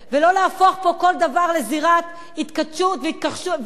ולא להפוך פה כל דבר לזירת התכתשות ומין